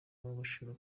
uw’agaciro